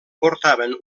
portaven